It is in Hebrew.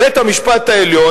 בית-המשפט העליון,